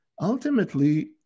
ultimately